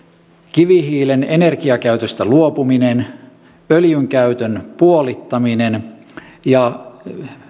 kivihiilen energiakäytöstä luopuminen öljynkäytön puolittaminen ja